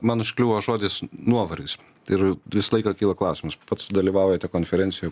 man užkliuvo žodis nuovargis ir visą laiką kyla klausimas pats dalyvaujate konferencijoj